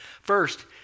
First